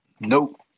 Nope